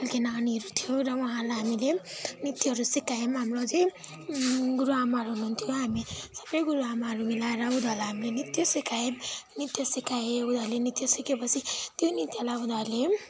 खालके नानीहरू थियो र उहाँहरूलाई हामीले नृत्यहरू सिकायौँ हाम्रो चाहिँ गुरू आमाहरू हुनुहुन्थ्यो हामी सबै गुरूआमाहरू मिलाएर उनीहरूलाई हामीले नृत्य सिकायौँ नृत्य सिकाएँ उनीहरूले नृत्य सिकेपछि त्यो नृत्यलाई उनीहरूले